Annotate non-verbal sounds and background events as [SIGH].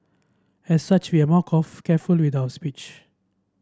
as such we are more [UNINTELLIGIBLE] careful with our speech